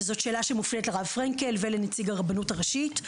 וזאת שאלה שמופנית לרב פרנקל ולנציג רבנות הראשית,